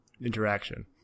interaction